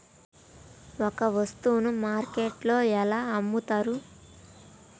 ఒక వస్తువును మార్కెట్లో ఎలా అమ్ముతరు?